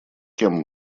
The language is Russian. кем